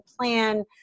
plan